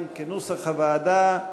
סעיפים 5-32, כנוסח הוועדה,